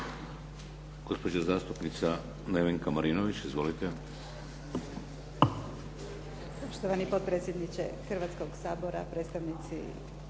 Gospođa zastupnica Nevenka Marinović. Izvolite.